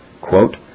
QUOTE